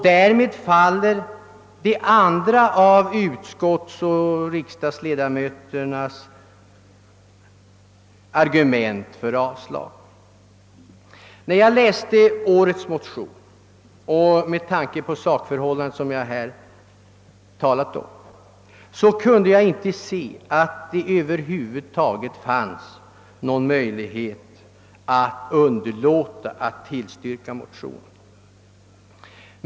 Därmed faller det andra av utskottsoch riksdagsledamöternas argument för avslag. När jag läste årets motion kunde jag med tanke på de förhållanden jag här talat om inte finna att det över huvud taget fanns någon möjlighet att underlåta att tillstyrka motionen.